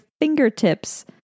fingertips